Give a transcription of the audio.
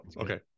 okay